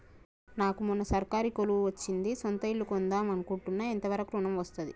నాకు మొన్న సర్కారీ కొలువు వచ్చింది సొంత ఇల్లు కొన్దాం అనుకుంటున్నా ఎంత వరకు ఋణం వస్తది?